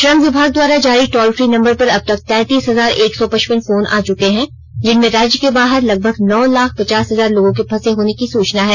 श्रम विभाग द्वारा जारी टॉल फी नंबर पर अब तक तैंतीस हजार एक सौ पचपन फोन आ चुके हैं जिनमें राज्य के बाहर लगभग नौ लाख पचास हजार लोगों के फंसे होने की सूचना है